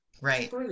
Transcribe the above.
Right